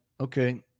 okay